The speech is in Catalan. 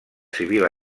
civil